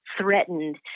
threatened